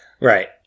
Right